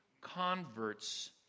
converts